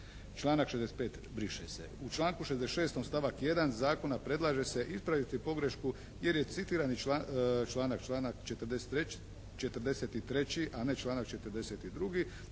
Članak 65. briše se. U članku 66. stavak 1. zakona predlaže se ispraviti pogrešku jer je citirani članak, članak 43. a ne članak 42.